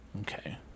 Okay